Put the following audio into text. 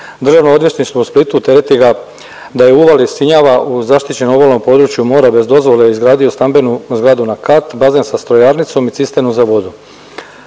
Državno odvjetništvo u Splitu tereti ga da je u uvali Sinjava u zaštićenom obalnom području mora bez dozvole izgradio stambenu zgradu na kat, bazen sa strojarnicom i cisternu za vodu.